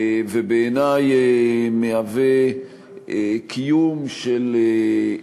ובעיני מהווה קיום של,